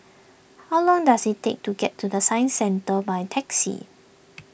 how long does it take to get to the Science Centre by taxi